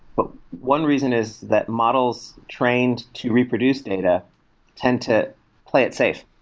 but one reason is that models trained to reproduce data tend to play it safe.